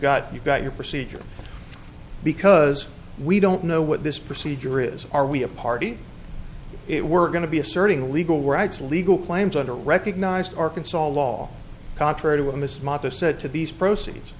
got you've got your procedure because we don't know what this procedure is are we a party it we're going to be asserting legal rights legal claims under recognized arkansas law contrary to what miss martha said to these